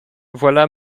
voilà